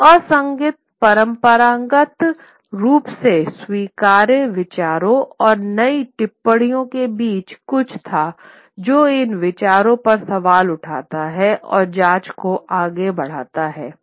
तो असंगति परंपरागत रूप से स्वीकार्य विचारों और नई टिप्पणियों के बीच कुछ था जो इन विचारों पर सवाल उठाता है और जांच को आगे बढ़ाता है